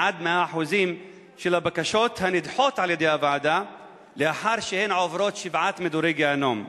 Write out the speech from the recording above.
של הבקשות הנדחות על-ידי הוועדה לאחר שהן עוברות שבעת מדורי גיהינום.